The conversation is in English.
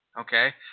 okay